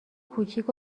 کوچیک